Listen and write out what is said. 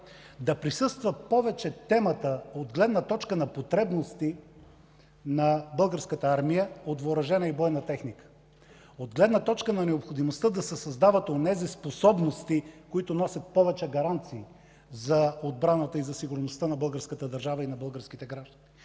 да присъства повече темата от гледна точка на потребности на Българската армия от въоръжена и бойна техника, от гледна точка на необходимостта да се създават онези способности, които носят повече гаранции за отбраната и за сигурността на българската държава и на българските граждани,